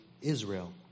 Israel